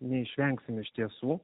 neišvengsim iš tiesų